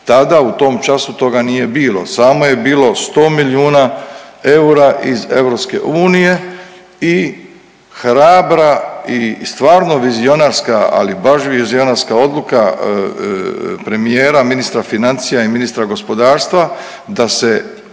Tada u tom času toga nije bilo. Samo je bilo 100 milijuna eura iz EU i hrabra i stvarno vizionarska, ali baš vizionarska odluka premijera, ministra financija i ministra gospodarstva da se